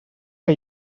que